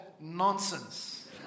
nonsense